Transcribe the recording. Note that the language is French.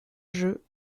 jeu